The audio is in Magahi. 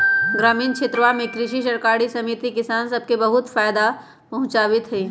ग्रामीण क्षेत्रवा में कृषि सरकारी समिति किसान सब के बहुत फायदा पहुंचावीत हई